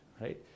right